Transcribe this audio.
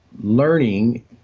learning